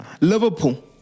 Liverpool